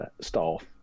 staff